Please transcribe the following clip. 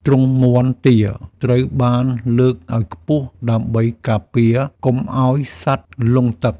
ទ្រុងមាន់ទាត្រូវបានលើកឱ្យខ្ពស់ដើម្បីការពារកុំឱ្យសត្វលង់ទឹក។